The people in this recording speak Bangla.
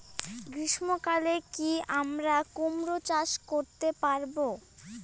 গ্রীষ্ম কালে কি আমরা কুমরো চাষ করতে পারবো?